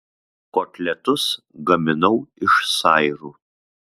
kotletus gaminau iš sairų